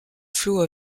flot